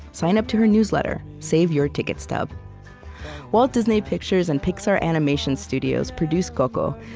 sign up to her newsletter, save your ticket stub walt disney pictures and pixar animation studios produced coco,